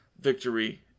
victory